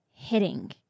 Hitting